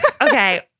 Okay